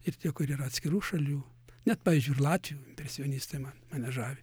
ir tie kurie yra atskirų šalių net pavyzdžiui ir latvių impresionistai man mane žavi